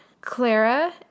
Clara